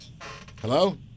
Hello